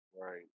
Right